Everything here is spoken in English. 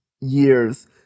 years